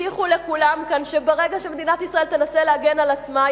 הבטיחו לכולם כאן שברגע שמדינת ישראל תנסה להגן על עצמה,